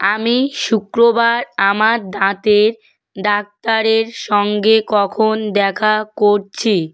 আমি শুক্রবার আমার দাঁতের ডাক্তারের সঙ্গে কখন দেখা করছি